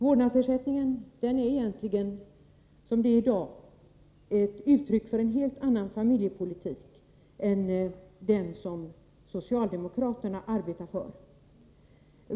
Vårdnadsersättningen är, som läget är i dag, ett uttryck för en helt annan familjepolitik än den som socialdemokraterna arbetar för.